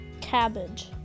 cabbage